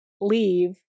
leave